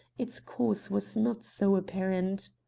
its cause was not so apparent.